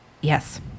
Yes